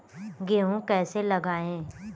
गेहूँ कैसे लगाएँ?